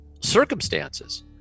circumstances